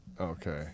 Okay